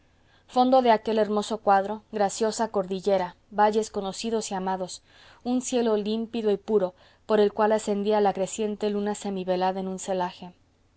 fondo de aquel hermoso cuadro graciosa cordillera valles conocidos y amados un cielo límpido y puro por el cual ascendía la creciente luna semivelada en un celaje